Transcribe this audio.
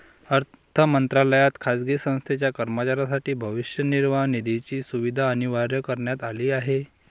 अर्थ मंत्रालयात खाजगी संस्थेच्या कर्मचाऱ्यांसाठी भविष्य निर्वाह निधीची सुविधा अनिवार्य करण्यात आली आहे